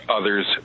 other's